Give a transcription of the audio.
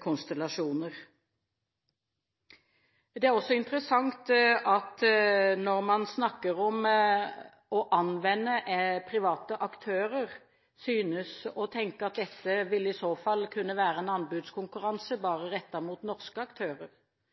konstellasjoner. Det er også interessant at man når man snakker om å anvende private aktører, synes å tenke at dette i så fall vil kunne være en anbudskonkurranse bare rettet mot norske aktører.